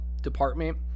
department